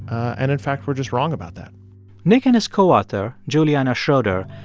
and, in fact, we're just wrong about that nick and his co-author, juliana schroeder,